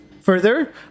further